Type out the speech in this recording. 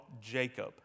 Jacob